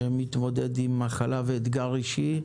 שמתמודד עם מחלה ואתגר אישי.